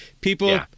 people